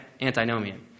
antinomian